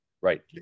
Right